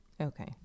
Okay